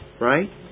right